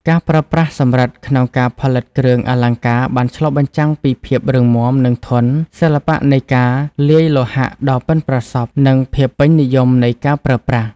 ការប្រើប្រាស់សំរឹទ្ធិក្នុងការផលិតគ្រឿងអលង្ការបានឆ្លុះបញ្ចាំងពី ភាពរឹងមាំ និងធន់ សិល្បៈនៃការលាយលោហៈដ៏ប៉ិនប្រសប់ និងភាពពេញនិយមនៃការប្រើប្រាស់។